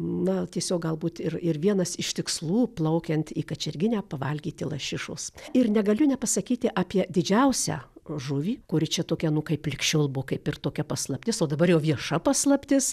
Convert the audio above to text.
na tiesiog galbūt ir ir vienas iš tikslų plaukiant į kačerginę pavalgyti lašišos ir negaliu nepasakyti apie didžiausią žuvį kuri čia tokia nu kaip lig šiol buvo kaip ir tokia paslaptis o dabar jau vieša paslaptis